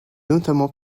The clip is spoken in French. notamment